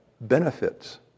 benefits